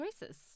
choices